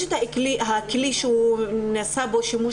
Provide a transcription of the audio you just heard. יש הכלי שנעשה בו שימוש,